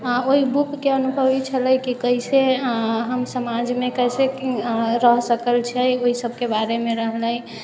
आओर ओ बुकके अनुभव ई छलै कि कइसे हम समाजमे कइसे रहि सकल छै ओ सबके बारेमे रहलै